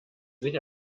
sich